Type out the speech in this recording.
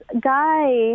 guy